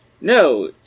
No